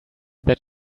that